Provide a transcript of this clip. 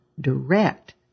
direct